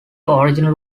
original